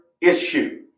issue